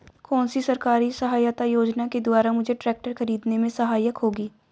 कौनसी सरकारी सहायता योजना के द्वारा मुझे ट्रैक्टर खरीदने में सहायक होगी?